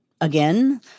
again